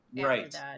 right